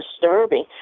disturbing